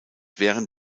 während